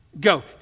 Go